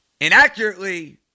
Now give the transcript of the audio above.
inaccurately